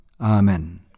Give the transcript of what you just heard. Amen